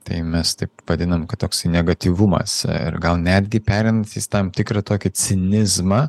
tai mes taip vadinam kad toksai negatyvumas ir gal netgi pereinantis į tam tikrą tokį cinizmą